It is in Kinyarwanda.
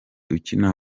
ukina